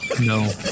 No